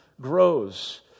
grows